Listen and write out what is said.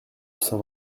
cent